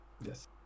Yes